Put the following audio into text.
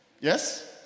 yes